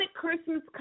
Christmas